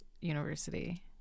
university